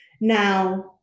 now